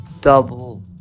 Double